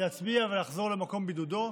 יצביע ויחזור למקום בידודו.